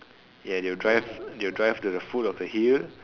ya they will drive they will drive the food up the hill